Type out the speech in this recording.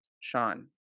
sean